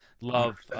love